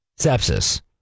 Sepsis